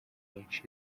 nyinshi